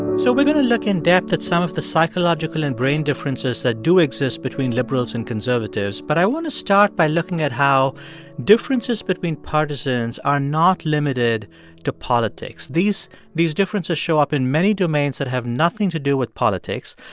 so we're going to look in-depth at some of the psychological and brain differences that do exist between liberals and conservatives. but i want to start by looking at how differences between partisans are not limited to politics. these these differences show up in many domains that have nothing to do with politics.